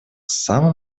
самым